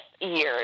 years